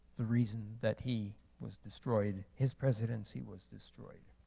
the reason that he was destroyed, his presidency was destroyed.